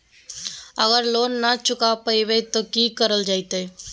अगर लोन न चुका पैबे तो की करल जयते?